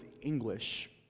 English